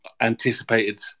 anticipated